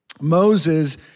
Moses